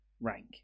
rank